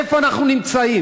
איפה אנחנו נמצאים?